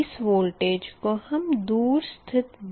इस वोल्टेज को हम दूर स्थित बस से नियंत्रित करेंगे